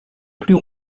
plus